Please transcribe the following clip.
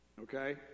Okay